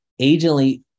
agently